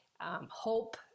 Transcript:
hope